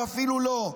או אפילו לא.